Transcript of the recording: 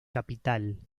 capital